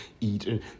eat